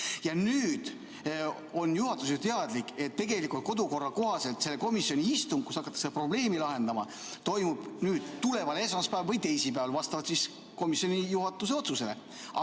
Nüüd on juhatus ju teadlik, et tegelikult kodukorra kohaselt selle komisjoni istung, kus hakatakse probleemi lahendama, toimub tuleval esmaspäeval või teisipäeval, vastavalt juhatuse otsusele.